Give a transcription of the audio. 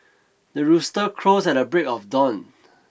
the rooster crows at the break of dawn